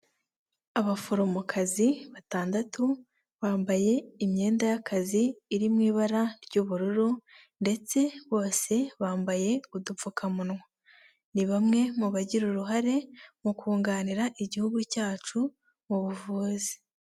Abaforomokazi batandatu bambaye imyenda y'akazi iri mu ibara ry'ubururu ndetse bose bambaye udupfukamunwa. Ni bamwe mu bagira uruhare mu kunganira igihugu cyacu mu buvuzi.